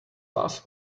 last